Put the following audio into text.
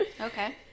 okay